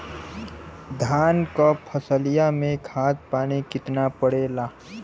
धान क फसलिया मे खाद पानी कितना पड़े ला?